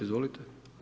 Izvolite.